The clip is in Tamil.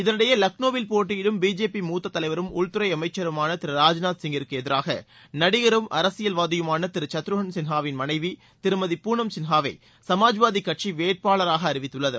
இதனிடையே லக்னோவில் போட்டியிடும் பிஜேபி மூத்த தலைவரும் உள்துறை அமைச்சருமான திரு ராஜ்நாத் சிங்கிற்கு எதிராக நடிகரும் அரசியல்வாதியுமான திரு சத்ருகன் சின்ஹாவின் மனைவி திருமதி பூணம் சின்ஹாவை சமாஜ்வாதிக்கட்சி வேட்பாளராக அறிவித்துள்ளது